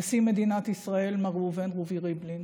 נשיא מדינת ישראל מר ראובן רובי ריבלין,